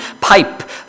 pipe